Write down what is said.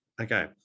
Okay